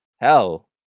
Hell